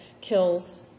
kills